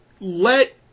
Let